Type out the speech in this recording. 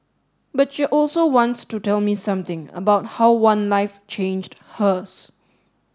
but she also wants to tell me something about how one life changed hers